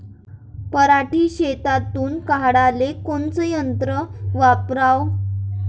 पराटी शेतातुन काढाले कोनचं यंत्र वापराव?